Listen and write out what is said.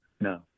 No